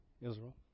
Israel